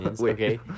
okay